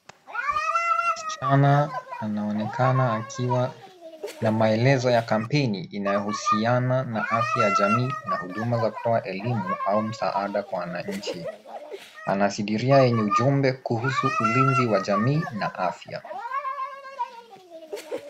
Msichana anaonekana akiwa na maelezo ya kampeni inayohusiana na afya jamii na huduma za kutoa elimu au msaada kwa wananchi. Anasindilia ujumbe kuhusu ulinzi wa jamii na afya.